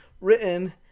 written